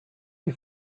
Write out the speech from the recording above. wie